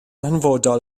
hanfodol